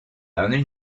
only